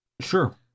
Sure